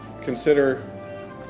consider